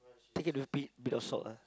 take it with a bit bit of salt ah